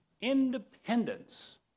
Independence